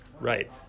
Right